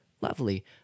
lovely